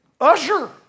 usher